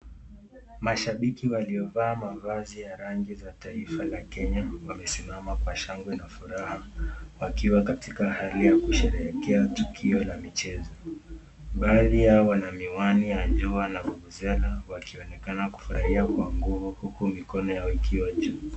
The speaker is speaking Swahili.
Mashabiki waliovaa mavazi ya rangi la taifa ya Kenya wakiimama kwa shangwe na furaha, wakiwa katika hali ya kusherekea tukio la mchezo baadhi yao wakona miwani.